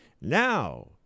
Now